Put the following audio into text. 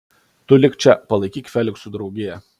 tu lik čia palaikyk feliksui draugiją